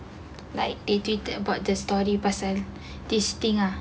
like they tweeted about the story pasal this thing ah